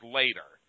later